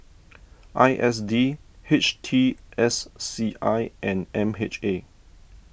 I S D H T S C I and M H A